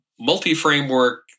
multi-framework